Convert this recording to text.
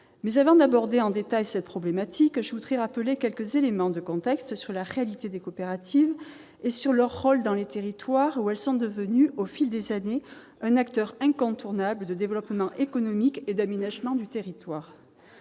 Avant d'évoquer en détail cette problématique, je voudrais rappeler quelques éléments de contexte s'agissant de la réalité des coopératives et de leur rôle dans les territoires, où elles sont devenues, au fil des années, des acteurs incontournables de développement économique et d'aménagement du territoire.